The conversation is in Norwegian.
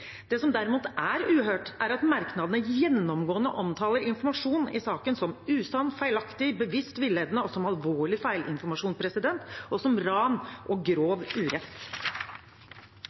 Det som derimot er uhørt, er at merknadene gjennomgående omtaler informasjon i saken som usann, feilaktig, bevisst villedende, som alvorlig feilinformasjon og som ran og grov urett.